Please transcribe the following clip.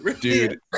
Dude